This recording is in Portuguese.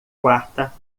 quarta